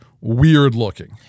weird-looking